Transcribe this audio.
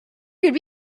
could